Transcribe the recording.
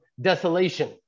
desolation